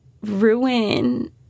ruin